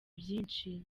byinshi